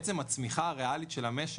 בעצם הצמיחה הריאלית של המשק,